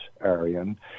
Aryan